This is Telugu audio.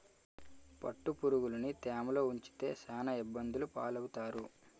పట్టుపురుగులుని తేమలో ఉంచితే సాన ఇబ్బందులు పాలవుతారు